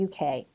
UK